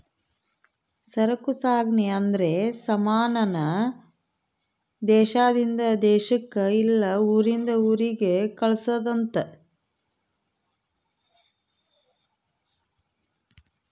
ಸರಕು ಸಾಗಣೆ ಅಂದ್ರೆ ಸಮಾನ ನ ದೇಶಾದಿಂದ ದೇಶಕ್ ಇಲ್ಲ ಊರಿಂದ ಊರಿಗೆ ಕಳ್ಸದ್ ಅಂತ